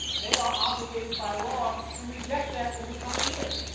they are obligated by law to reject that in the coming year.